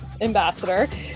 ambassador